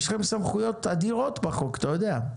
יש לכם סמכויות אדירות בחוק, אתה יודע.